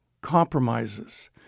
compromises